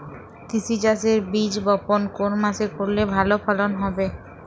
তিসি চাষের বীজ বপন কোন মাসে করলে ভালো ফলন হবে?